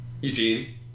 Eugene